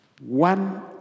one